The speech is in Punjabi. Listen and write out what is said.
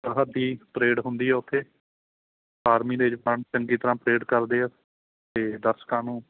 ਸਰਹੱਦੀ ਪਰੇਡ ਹੁੰਦੀ ਉੱਥੇ ਆਰਮੀ ਦੇ ਜਵਾਨ ਚੰਗੀ ਤਰ੍ਹਾਂ ਪਰੇਡ ਕਰਦੇ ਆ ਅਤੇ ਦਰਸ਼ਕਾਂ ਨੂੰ